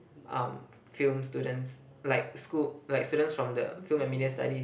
um film students like school like students from the film and media study